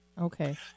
Okay